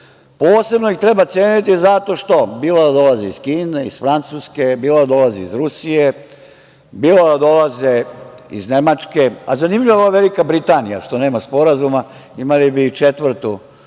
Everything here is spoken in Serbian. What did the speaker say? ceniti. Posebno ih treba ceniti zato što, bilo da dolaze iz Kine, iz Francuske, bilo da dolaze iz Rusije, bilo da dolaze iz Nemačke, a zanimljivo ova Velika Britanija što nema sporazuma, imali bi i četvrtu članicu